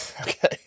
Okay